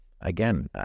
again